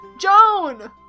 Joan